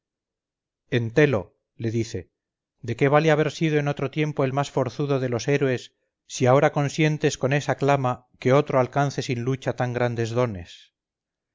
hierba entelo le dice de qué vale haber sido en otro tiempo el más forzudo de los héroes si ahora consientes con esa clama que otro alcance sin lucha tan grandes dones